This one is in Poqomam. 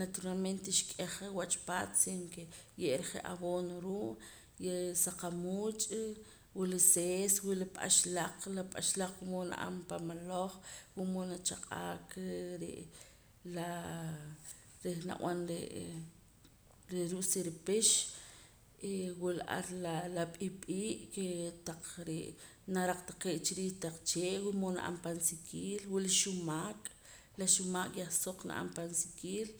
naturalmente xk'eja cha wach paat sin ke ye'ra je' abono ruu' ya sa qamuuch' wula sees wula p'axlaq la p'axlaq wula mood nab'an pan maloj wula mood nachaq'aa ka re'ee laa reh nab'an re'ee reh ruu' si ripix eh wula ar la p'i'p'ii' ke naraq taqee' chiriij taq chee' wula mood nab'an pan sikiil wula xumaak' la xumaak' yah soq na'an pan sikiil